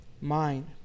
mind